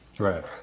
Right